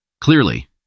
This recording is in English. Clearly